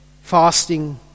fasting